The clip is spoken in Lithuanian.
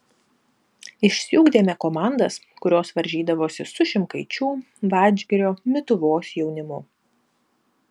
išsiugdėme komandas kurios varžydavosi su šimkaičių vadžgirio mituvos jaunimu